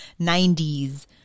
90s